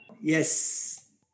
Yes